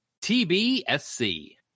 TBSC